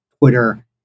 Twitter